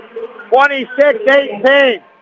26-18